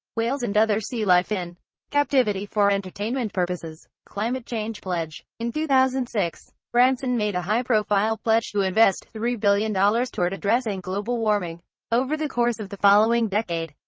whales and other sea life in captivity for entertainment purposes. climate change pledge in two thousand and six, branson made a high-profile pledge to invest three billion dollars toward addressing global warming over the course of the following decade.